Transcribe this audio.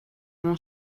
mon